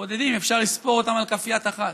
בודדים, אפשר לספור אותם על כף יד אחת,